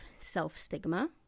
self-stigma